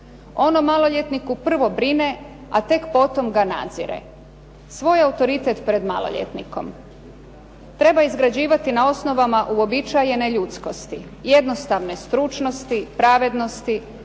On o maloljetniku prvo brine, a tek potom ga nadzire. Svoj autoritet pred maloljetnikom treba izgrađivati na osnovama uobičajene ljudskosti, jednostavne stručnosti, pravednosti,